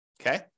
Okay